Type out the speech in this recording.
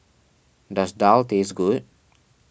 does Daal taste good